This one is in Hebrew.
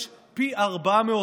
יש פי 400,